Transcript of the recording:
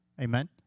Amen